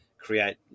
create